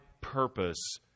purpose